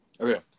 Okay